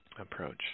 approach